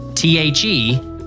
T-H-E